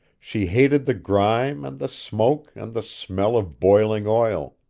she hated the grime, and the smoke, and the smell of boiling oil